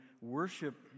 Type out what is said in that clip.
worship